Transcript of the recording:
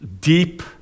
deep